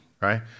right